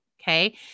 Okay